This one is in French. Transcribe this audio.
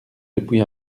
depuis